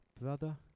Brother